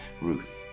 Ruth